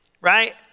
right